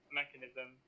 mechanism